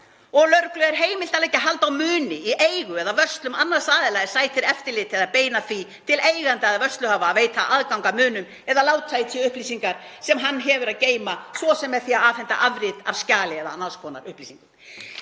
Lögreglu er heimilt að leggja hald á muni í eigu eða vörslum annars aðila en sætir eftirliti eða beina því til eiganda eða vörsluhafa að veita aðgang að munum eða láta í té upplýsingar sem hann hefur að geyma, svo sem með því að afhenda afrit af skjali eða annars konar upplýsingum.“